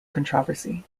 controversy